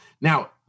Now